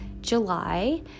July